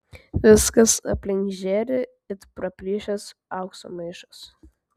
viskas aplink žėri it praplyšęs aukso maišas